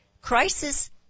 Crisis